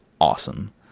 awesome